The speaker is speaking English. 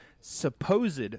supposed